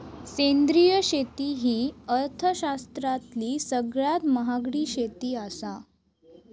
सेंद्रिय शेती ही अर्थशास्त्रातली सगळ्यात महागडी शेती आसा